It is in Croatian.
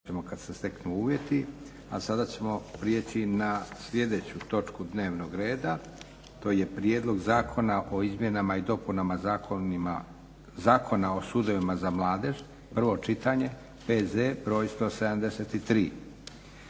Josip (SDP)** A sada ćemo prijeći na sljedeću točku dnevnog reda. To je - Prijedlog zakona o izmjenama i dopunama Zakona o sudovima za mladež, prvo čitanje, PZ br.